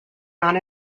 non